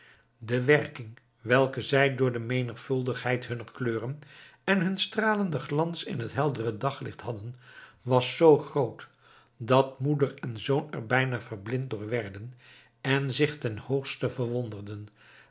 de werking welke zij door de menigvuldigheid hunner kleuren en hun stralenden glans in het heldere daglicht hadden was zoo groot dat moeder en zoon er bijna verblind door werden en zich ten hoogste verwonderden